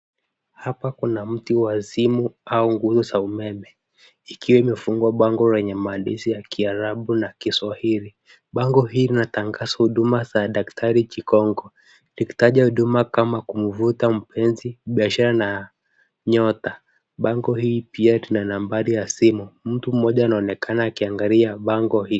Hapa kuna mti wa simu au nguvu za umeme, ikiwa imefungwa bango lenye maandishi ya kiarabu na Kiswahili. Bango hii linatangaza huduma za daktari Chikonko, likitaja huduma kama kumvuta mpenzi, biashara na nyota. Bango hii pia lina nambari ya simu. Mtu mmoja anaonekana akiangalia bango hii.